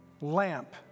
lamp